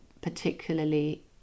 particularly